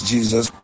Jesus